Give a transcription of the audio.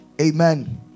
Amen